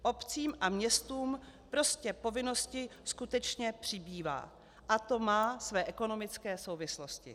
Obcím a městům prostě povinností skutečně přibývá a to má své ekonomické souvislosti.